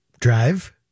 drive